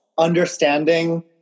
understanding